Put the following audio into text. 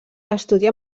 estudià